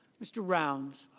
mr. rounds